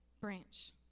branch